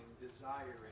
desiring